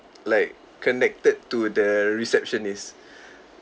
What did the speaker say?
like connected to the receptionist